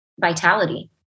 vitality